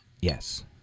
Yes